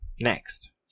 Next